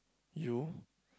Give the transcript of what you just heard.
you